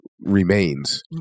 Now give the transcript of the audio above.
remains